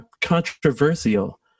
controversial